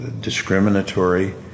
discriminatory